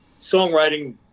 Songwriting